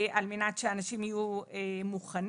על מנת שהאנשים יהיו מוכנים.